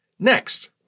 Next